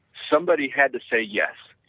somebody had to say yes,